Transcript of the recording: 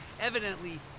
Evidently